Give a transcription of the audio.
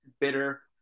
bitter